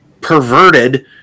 perverted